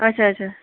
اچھا اچھا